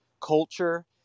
culture